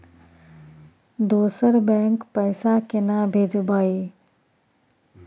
दोसर बैंक पैसा केना भेजबै?